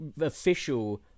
official